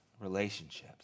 relationships